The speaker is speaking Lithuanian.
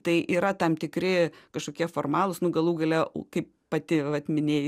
tai yra tam tikri kažkokie formalūs nu galų gale kaip pati vat minėjai